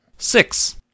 Six